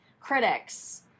Critics